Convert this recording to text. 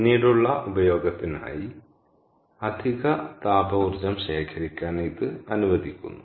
പിന്നീടുള്ള ഉപയോഗത്തിനായി അധിക താപ ഊർജ്ജം ശേഖരിക്കാൻ ഇത് അനുവദിക്കുന്നു